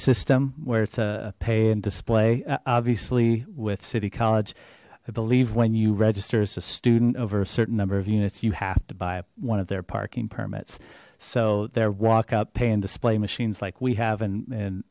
system where it's a pay and display obviously with city college i believe when you register as a student over a certain number of units you have to buy one of their parking permits so their walk up pay and display machines like we have in a